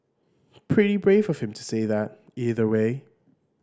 pretty brave of him to say that either way